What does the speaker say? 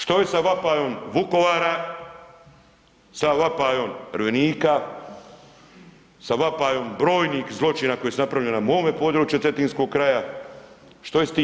Što je sa vapajem Vukovara, sa vapajem ... sa vapajem brojnih zločina koji su napravljeni na mome području cetinskog kraja, što je s tim?